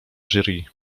jury